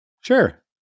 sure